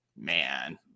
man